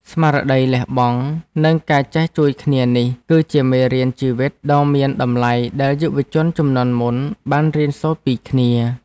ស្មារតីលះបង់ និងការចេះជួយគ្នានេះ គឺជាមេរៀនជីវិតដ៏មានតម្លៃដែលយុវជនជំនាន់មុនបានរៀនសូត្រពីគ្នា។